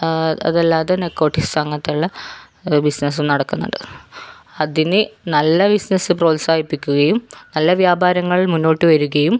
അതല്ലാതെ നാർക്കോട്ടിസം അങ്ങനത്തെയുള്ള ബിസിനസും നടക്കുന്നത് അതിന് നല്ല ബിസിനസ് പ്രോത്സാഹിപ്പിക്കുകയും നല്ല വ്യാപാരങ്ങൾ മുന്നോട്ടു വരികയും